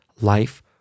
life